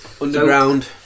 Underground